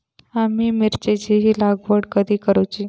आम्ही मिरचेंची लागवड कधी करूची?